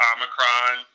Omicron